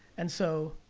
and so,